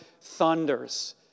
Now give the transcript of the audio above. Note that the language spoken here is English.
thunders